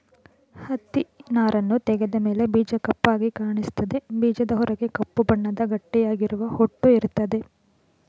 ಹತ್ತಿನಾರನ್ನು ತೆಗೆದ ಮೇಲೆ ಬೀಜ ಕಪ್ಪಾಗಿ ಕಾಣಿಸ್ತದೆ ಬೀಜದ ಹೊರಗೆ ಕಪ್ಪು ಬಣ್ಣದ ಗಟ್ಟಿಯಾಗಿರುವ ಹೊಟ್ಟು ಇರ್ತದೆ